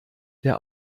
der